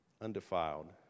undefiled